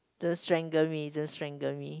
don't strangle me don't strangle me